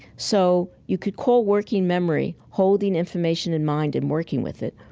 so you could call working memory holding information in mind and working with it,